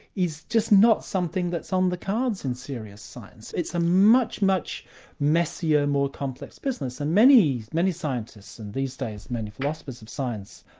is just not something that's on the cards in serious science, it's a much, much messier, more complex business, and many many scientists and these days, many philosophers of science,